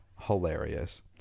hilarious